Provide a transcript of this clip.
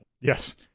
Yes